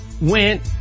went